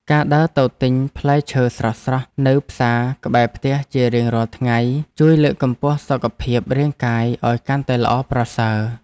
ការដើរទៅទិញផ្លែឈើស្រស់ៗនៅផ្សារក្បែរផ្ទះជារៀងរាល់ថ្ងៃជួយលើកកម្ពស់សុខភាពរាងកាយឱ្យកាន់តែល្អប្រសើរ។